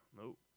Nope